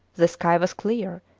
the sky was clear,